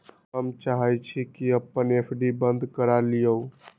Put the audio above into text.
हम चाहई छी कि अपन एफ.डी बंद करा लिउ